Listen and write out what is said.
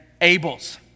Abel's